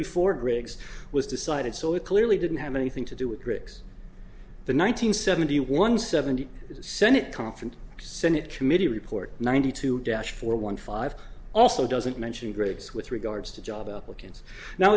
before griggs was decided so it clearly didn't have anything to do with bricks the nine hundred seventy one seventy eight senate conference senate committee report ninety two dash four one five also doesn't mention grades with regards to job applicants now